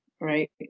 right